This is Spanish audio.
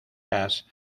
gas